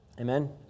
Amen